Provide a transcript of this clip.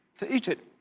to eat it.